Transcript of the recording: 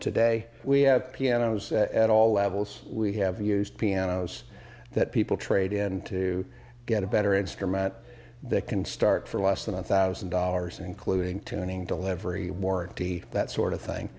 today we have pianos at all levels we have used pianos that people trade in to get a better instrument that can start for less than one thousand dollars including tuning delivery warranty that sort of thing